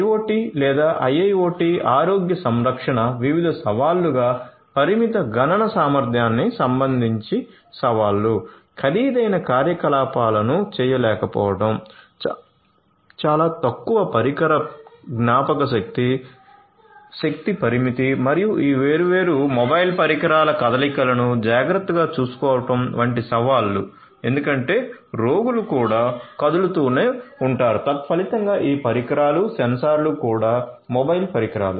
IoT లేదా IIoT ఆరోగ్య సంరక్షణ వివిధ సవాళ్లుగా పరిమిత గణన సామర్థ్యానికి సంబంధించి సవాళ్లు ఖరీదైన కార్యకలాపాలను చేయలేకపోవడం చాలా తక్కువ పరికర జ్ఞాపకశక్తి శక్తి పరిమితి మరియు ఈ వేర్వేరు మొబైల్ పరికరాల కదలిక లను జాగ్రత్తగా చూసుకోవడం వంటి సవాళ్లు ఎందుకంటే రోగులు కూడా కదులుతూనే ఉంటారు తత్ఫలితంగా ఈ పరికరాలు సెన్సార్లు కూడా మొబైల్ పరికరాలు